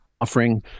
offering